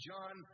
John